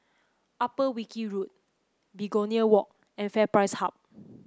Upper Wilkie Road Begonia Walk and FairPrice Hub